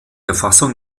erfassung